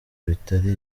bitari